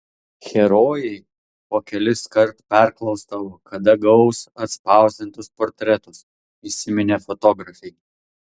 herojai po keliskart perklausdavo kada gaus atspausdintus portretus įsiminė fotografei